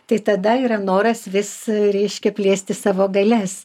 tai tada yra noras vis reiškia plėsti savo galias